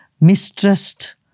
mistrust